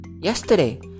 Yesterday